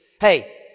Hey